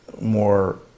more